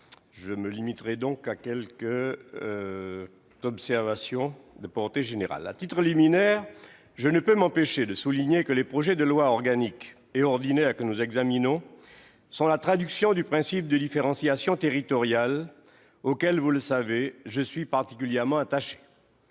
Je me limiterai donc à quelques observations générales. À titre liminaire, je ne peux m'empêcher de souligner que le projet de loi organique et le projet de loi ordinaire que nous examinons sont la traduction du principe de différenciation territoriale, auquel, vous le savez, je suis particulièrement attaché.